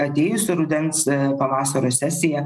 atėjus rudens pavasario sesija